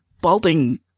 balding